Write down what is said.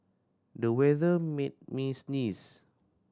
the weather made me sneeze